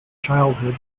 childhood